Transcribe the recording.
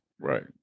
Right